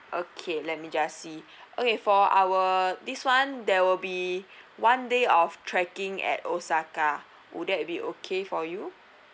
okay let me just see okay for our this [one] there will be one day of trekking at osaka would that be okay for you